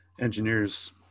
engineers